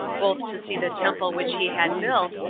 both to see the temple which he had built,